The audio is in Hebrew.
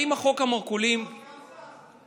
האם חוק המרכולים, אני לא סגן שר.